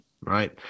right